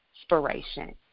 inspiration